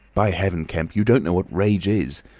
by heaven, kemp, you don't know what rage is.